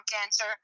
cancer